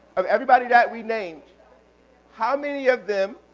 of everybody that we named how many of them,